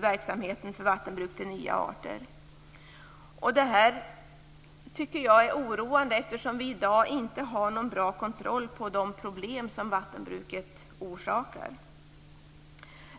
verksamheten för vattenbruk till nya arter. Detta tycker jag är oroande, eftersom vi i dag inte har någon bra kontroll över de problem som vattenbruket orsakar.